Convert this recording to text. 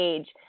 Age